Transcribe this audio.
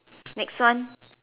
next one